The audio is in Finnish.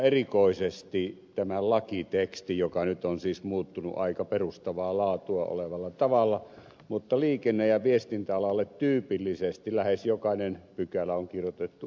erikoisesti tämä lakiteksti nyt on siis muuttunut aika perustavaa laatua olevalla tavalla liikenne ja viestintäalalle tyypillisesti lähes jokainen pykälä on kirjoitettu uudestaan